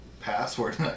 password